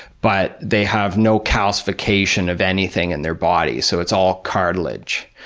but they have no calcification of anything in their body, so it's all cartilage.